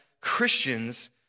Christians